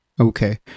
Okay